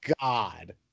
God